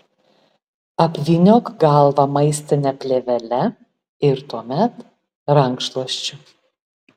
apvyniok galvą maistine plėvele ir tuomet rankšluosčiu